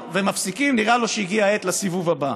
ומפסיקים, נראה לו שהגיעה העת לסיבוב הבא.